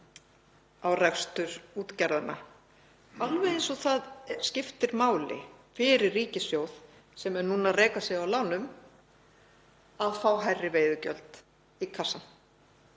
á rekstur útgerðanna alveg eins og það skiptir máli fyrir ríkissjóð, sem er núna að reka sig á lánum, að fá hærri veiðigjöld í kassann.